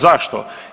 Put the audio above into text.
Zašto?